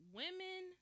women